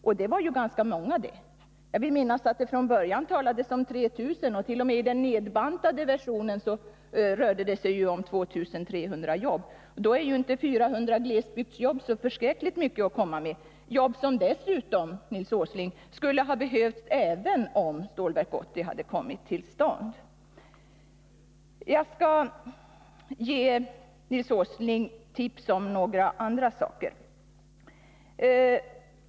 och det var ju ganska många. Jag vill minnas att det från början talades om 3 000 nya jobb. T. o. m. i den nedbantade versionen rörde det sig om 2 300 jobb. Då är ju 400 glesbygdsjobb inte så förskräckligt mycket att komma med — jobb som dessutom. Nils Åsling, skulle ha behövts även om Stålverk 80 hade kommit till stånd. Jag skall ge Nils Åsling tips om några andra saker.